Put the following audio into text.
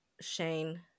Shane